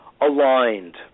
aligned